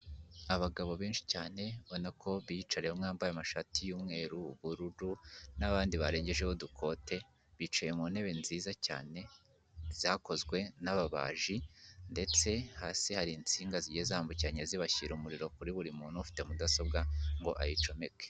Abagabo benshi cyane ubona ko biyicariye, bamwe bambaye amashati y'umweru, ubururu n'abandi barengejeho udukote. Bicaye mu ntebe nziza cyane zakozwe n'ababaji, ndetse hasi hari insinga zigiye zambukiranya zibashyira umuriro kuri buri muntu ufite mudasobwa ngo ayicomeke.